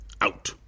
Out